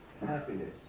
happiness